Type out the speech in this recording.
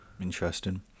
Interesting